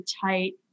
tight